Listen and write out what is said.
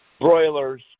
broilers